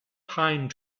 pine